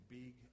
big